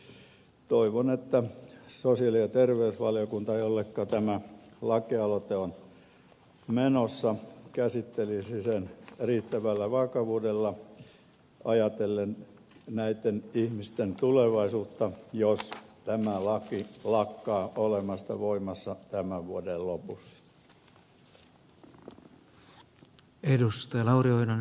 toivon että sosiaali ja terveysvaliokunta jolle tämä lakialoite on menossa käsittelisi sen riittävällä vakavuudella ajatellen näitten ihmisten tulevaisuutta jos tämä laki lakkaa olemasta voimassa tämän vuoden lopussa